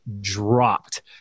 dropped